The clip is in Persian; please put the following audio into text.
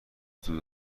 دود